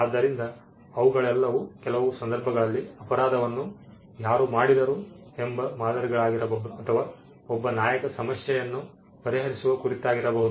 ಆದ್ದರಿಂದ ಅವುಗಳೆಲ್ಲವೂ ಕೆಲವು ಸಂದರ್ಭಗಳಲ್ಲಿ ಅಪರಾಧವನ್ನು ಯಾರು ಮಾಡಿದರು ಮಾದರಿಗಳಾಗಿರಬಹುದು ಅಥವಾ ಒಬ್ಬ ನಾಯಕ ಸಮಸ್ಯೆಯನ್ನು ಪರಿಹರಿಸುವ ಕುರಿತಾಗಿರಬಹುದು